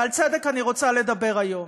ועל צדק אני רוצה לדבר היום.